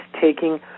taking